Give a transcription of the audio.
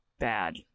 bad